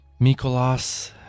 Mikolas